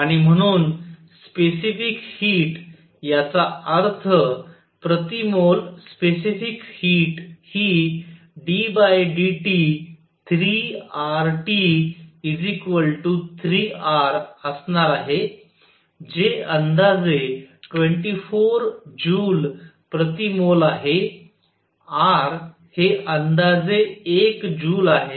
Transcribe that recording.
आणि म्हणून specific heat याचा अर्थ प्रति मोल स्पेसिफिक हीट हि ddT3RT 3R असणार आहे जे अंदाजे 24 जूल प्रति मोल आहे R हे अंदाजे एक जूल आहे